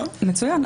מצוין,